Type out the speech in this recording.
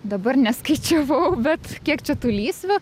dabar neskaičiavau bet kiek čia tų lysvių